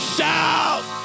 Shout